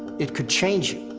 it could change you.